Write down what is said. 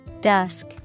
Dusk